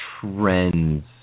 trends